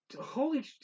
Holy